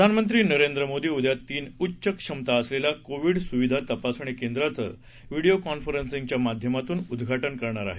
प्रधानमंत्री नरेंद्र मोदी उद्या तीन उच्च क्षमता असलेल्या कोविड स्विधा तपासणी केंद्राचं व्हिडिओ कॉन्फरन्सिंगदवारे उद्घाटन करणार आहेत